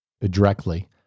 directly